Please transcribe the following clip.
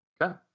Okay